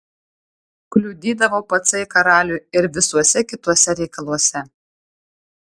kliudydavo pacai karaliui ir visuose kituose reikaluose